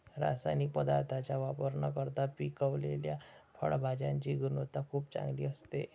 रासायनिक पदार्थांचा वापर न करता पिकवलेल्या फळभाज्यांची गुणवत्ता खूप चांगली असते